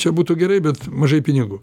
čia būtų gerai bet mažai pinigų